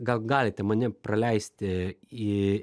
gal galite mane praleisti į